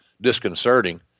disconcerting